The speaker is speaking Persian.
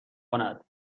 کند